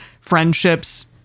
friendships